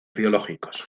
biológicos